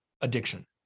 addiction